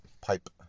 pipe